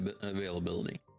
availability